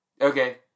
Okay